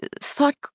thought